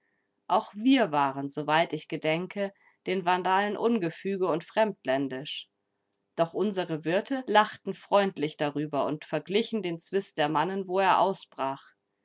auch wir waren soweit ich gedenke den vandalen ungefüge und fremdländisch doch unsere wirte lachten freundlich darüber und verglichen den zwist der mannen wo er ausbrach